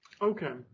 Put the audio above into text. Okay